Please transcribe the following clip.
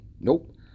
Nope